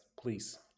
please